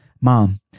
Mom